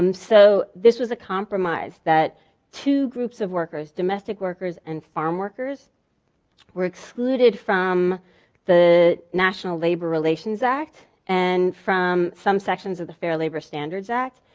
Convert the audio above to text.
um so this was a compromise that two groups of workers, domestic workers and farmworkers were excluded from the national labor relations act and from some sections of the fair labor standards act.